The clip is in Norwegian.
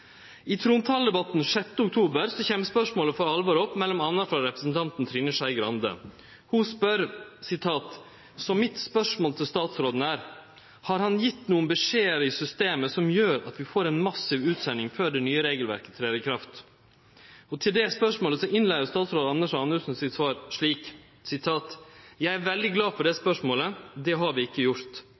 I trontaledebatten den 6. oktober kjem spørsmålet for alvor opp, mellom anna frå representanten Trine Skei Grande. Ho spør: «Så mitt spørsmål til statsråden er: Har han gitt noen beskjeder i systemet som gjør at vi får en massiv utsending før det nye regelverket trer i kraft?» Til det spørsmålet innleier statsråd Anundsen sitt svar slik: «Jeg er veldig glad for det spørsmålet – det har vi ikke gjort.